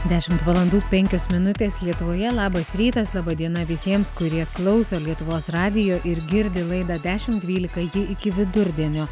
dešimt valandų penkios minutės lietuvoje labas rytas laba diena visiems kurie klauso lietuvos radijo ir girdi laidą dešimt dvylika ji iki vidurdienio